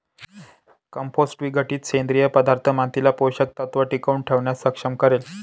compost विघटित सेंद्रिय पदार्थ मातीला पोषक तत्व टिकवून ठेवण्यास सक्षम करेल